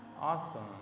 Awesome